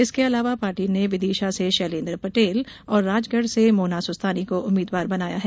इसके अलावा पार्टी ने विदिशा से शैलेंद्र पटेल और राजगढ़ से मोना सुस्तानी को उम्मीदवार बनाया है